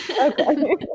Okay